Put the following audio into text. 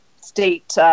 state